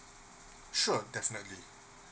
sure definitely